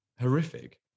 horrific